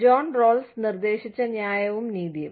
John Rawls നിർദ്ദേശിച്ച ന്യായവും നീതിയും